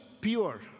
pure